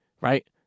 right